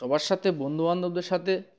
সবার সাথে বন্ধুবান্ধবদের সাথে